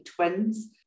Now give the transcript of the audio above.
twins